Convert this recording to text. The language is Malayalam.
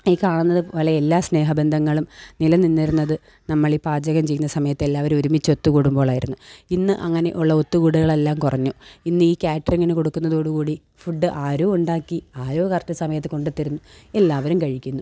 ഈ കാണുന്നതു പോലെ എല്ലാ സ്നേഹബന്ധങ്ങളും നിലനിന്നിരുന്നത് നമ്മളീ പാചകം ചെയ്യുന്ന സമയത്തെല്ലാവരും ഒരുമിച്ച് ഒത്തു കൂടുമ്പോഴായിരുന്നു ഇന്ന് അങ്ങനെയുള്ള ഒത്തു കൂടലുകളെല്ലാം കുറഞ്ഞു ഇന്നീ കാറ്ററിങ്ങിന് കൊടുക്കുന്നതോട് കൂടി ഫുഡ് ആരോ ഉണ്ടാക്കി ആരോ കറക്ട് സമയത്ത് കൊണ്ട് തരുന്നു എല്ലാവരും കഴിക്കുന്നു